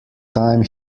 time